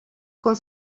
con